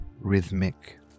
rhythmic